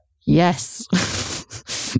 Yes